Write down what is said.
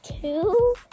two